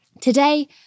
Today